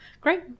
Great